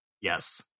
Yes